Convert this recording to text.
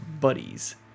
buddies